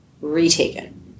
retaken